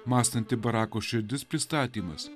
mąstanti barako širdis pristatymas